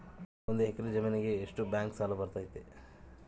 ಒಂದು ಎಕರೆ ಜಮೇನಿಗೆ ಎಷ್ಟು ಬ್ಯಾಂಕ್ ಸಾಲ ಬರ್ತೈತೆ?